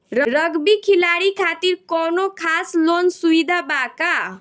Rugby खिलाड़ी खातिर कौनो खास लोन सुविधा बा का?